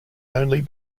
only